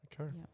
Okay